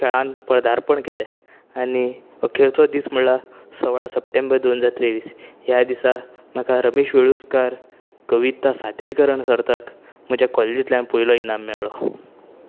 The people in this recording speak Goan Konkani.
खेळांत पदार्पण केले आनी अखेरचो दीस म्हळ्यार सोळा सप्टेंबर दोन हजार तेव्वीस ह्या दिसाक म्हाका रमेश वेळुस्कार कविता सादरीकरण सर्तांक म्हज्या कॉलिजींतल्यान पयलें इनाम मेळ्ळो